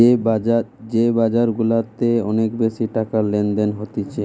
যে বাজার গুলাতে অনেক বেশি টাকার লেনদেন হতিছে